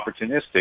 opportunistic